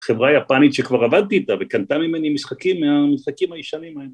חברה יפנית שכבר עבדתי איתה וקנתה ממני משחקים מהמשחקים הישנים האלה.